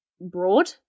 broad